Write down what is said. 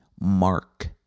mark